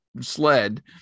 sled